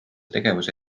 tegevuse